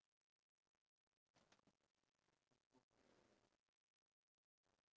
limit the amount of level of sugar or do you just like not care